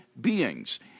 Beings